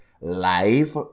Life